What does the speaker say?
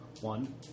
One